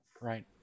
right